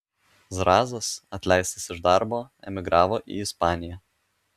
zrazas atleistas iš darbo emigravo į ispaniją